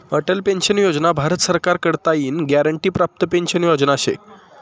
Atal pension Yojana Bharat सरकार कडताईन guarantee प्राप्त पेंशन योजना शे